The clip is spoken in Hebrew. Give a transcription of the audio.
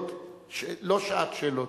לא שעת שאלות,